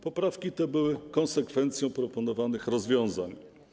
Poprawki te były konsekwencją proponowanych rozwiązań.